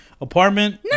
apartment